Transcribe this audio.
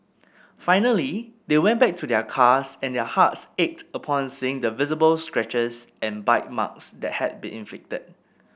finally they went back to their cars and their hearts ached upon seeing the visible scratches and bite marks that had been inflicted